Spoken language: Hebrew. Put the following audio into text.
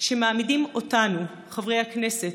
שמעמידים אותנו, חברי הכנסת,